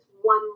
one